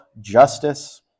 justice